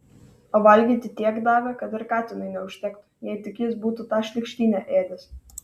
o valgyti tiek davė kad ir katinui neužtektų jei tik jis būtų tą šlykštynę ėdęs